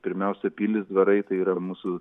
pirmiausia pilys dvarai tai yra mūsų